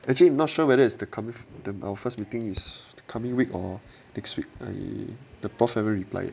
actually I'm not sure whether it's the coming our first meeting is coming week or next week I the prof haven't reply